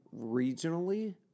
regionally